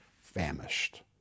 famished